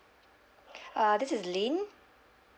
uh this is ling